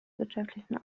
wirtschaftlichen